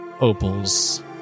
Opal's